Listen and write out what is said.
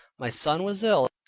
my son was ill,